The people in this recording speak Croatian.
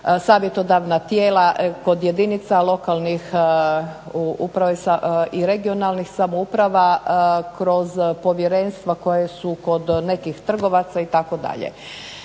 savjetodavna tijela kod jedinice lokalne samouprave i regionalne samouprave kroz povjerenstva koja su kod nekih trgovaca itd.